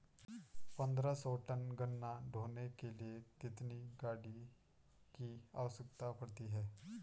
पन्द्रह सौ टन गन्ना ढोने के लिए कितनी गाड़ी की आवश्यकता पड़ती है?